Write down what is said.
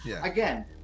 again